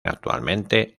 actualmente